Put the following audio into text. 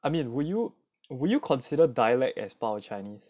I mean would you would you consider dialect as part of chinese